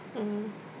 mm